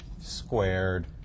squared